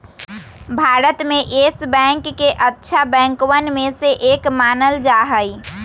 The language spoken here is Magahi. भारत में येस बैंक के अच्छा बैंकवन में से एक मानल जा हई